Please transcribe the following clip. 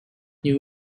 new